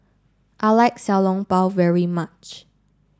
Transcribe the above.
I like Xiao Long Bao very much